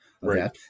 right